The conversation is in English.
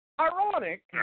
Ironic